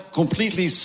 completely